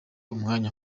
umwanya